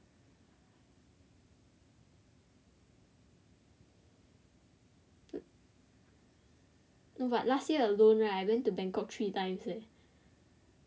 no but last year alone right I went to Bangkok three times leh